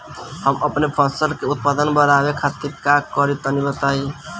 हम अपने फसल के उत्पादन बड़ावे खातिर का करी टनी बताई?